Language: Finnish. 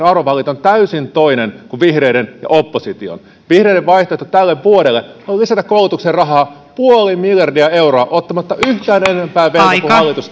arvovalinta on täysin toinen kuin vihreiden ja opposition vihreiden vaihtoehto tälle vuodelle on lisätä koulutukseen rahaa puoli miljardia euroa ottamatta yhtään enempää velkaa kuin hallitus